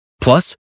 Plus